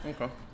Okay